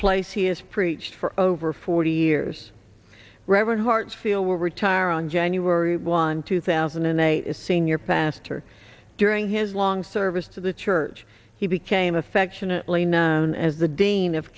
place he has preached for over forty years reverend hart feel will retire on january one two thousand and eight senior pastor during his long service to the church he became affectionately known as the dean of